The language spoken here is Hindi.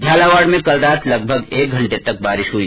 झालावाड़ में कल रात लगभग एक घंटे तक बारिश हुई